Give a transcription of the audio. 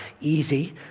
easy